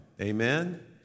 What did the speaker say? Amen